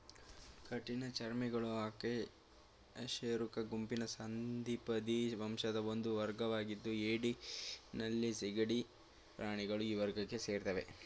ಕಠಿಣ ಚರ್ಮಿಗಳು ಅಕಶೇರುಕ ಗುಂಪಿನ ಸಂಧಿಪದಿ ವಂಶದ ಒಂದು ವರ್ಗವಾಗಿದ್ದು ಏಡಿ ನಳ್ಳಿ ಸೀಗಡಿ ಪ್ರಾಣಿಗಳು ಈ ವರ್ಗಕ್ಕೆ ಸೇರ್ತವೆ